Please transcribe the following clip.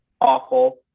awful